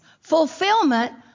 Fulfillment